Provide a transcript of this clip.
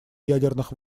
ядерных